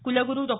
कुलगुरु डॉ